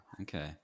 Okay